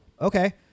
okay